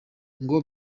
ngo